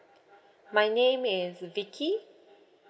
my name is vicky